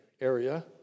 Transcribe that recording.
area